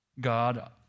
God